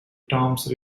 toms